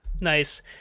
Nice